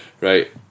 right